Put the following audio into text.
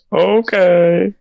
Okay